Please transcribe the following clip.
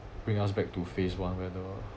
bring us back to phase one where the